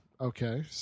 Okay